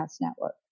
Network